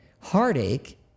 heartache